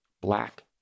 black